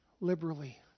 liberally